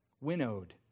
winnowed